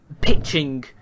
pitching